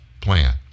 plan